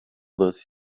those